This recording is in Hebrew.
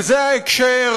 וזה ההקשר,